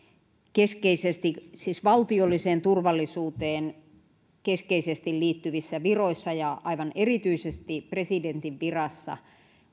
keskeisesti siis valtiolliseen turvallisuuteen keskeisesti liittyvissä viroissa ja aivan erityisesti presidentin virassa